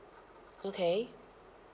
okay